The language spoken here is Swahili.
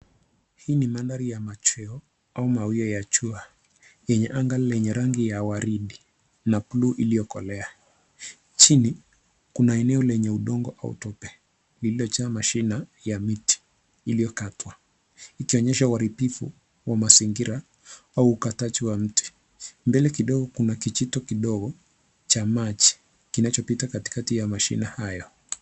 Hii ni mandhari ya machweo au mawio ya jua, yenye anga lenye rangi ya waridi na blue iliyokolea. Chini, kuna eneo lenye udongo au tope lililojaa mashina ya miti iliyokatwa. Ikionyesha uharibifu wa mazingira, au ukataji wa miti. Mbele kidogo, kuna kijito kidogo cha maji, kinachopita katikati ya mashina haya.